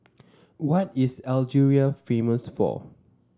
what is Algeria famous for